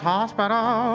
Hospital